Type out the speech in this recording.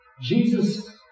Jesus